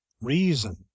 reason